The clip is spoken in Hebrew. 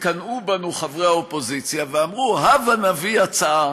התקנאו בנו חברי האופוזיציה ואמרו: הבה נביא הצעה